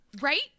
right